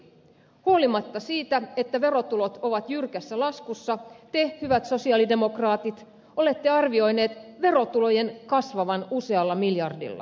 huolimatta siitä että verotulot ovat jyrkässä laskussa te hyvät sosialidemokraatit olette arvioineet verotulojen kasvavan usealla miljardilla